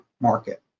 market